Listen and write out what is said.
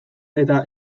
eta